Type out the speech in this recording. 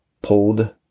pulled